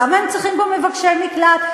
למה הם צריכים פה מבקשי מקלט,